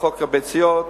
בחוק הביציות,